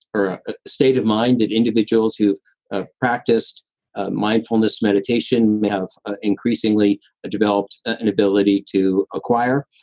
or a state of mind that individuals who've ah practiced ah mindfulness meditation may have ah increasingly developed an ability to acquire.